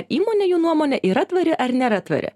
įmonė jų nuomone yra tvari ar nėra tvari